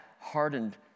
hardened